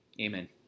amen